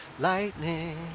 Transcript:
Lightning